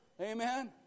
amen